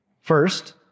First